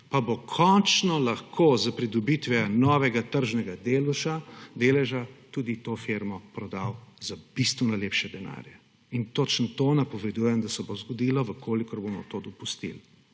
pa bo končno lahko s pridobitvijo novega tržnega deleža tudi to firmo prodal za bistveno lepše denarja in točno to napovedujem, da se bo zgodilo, če bomo to dopustili.